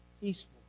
peaceful